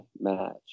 match